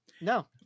No